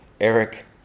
Eric